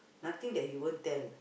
nothing that he won't tell